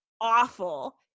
awful